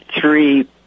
three